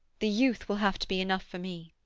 the youth will have to be enough for me.